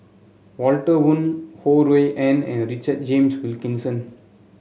Walter Woon Ho Rui An and Richard James Wilkinson